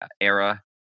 era